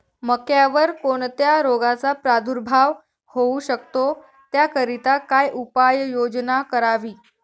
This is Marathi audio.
मक्यावर कोणत्या रोगाचा प्रादुर्भाव होऊ शकतो? त्याकरिता काय उपाययोजना करावी?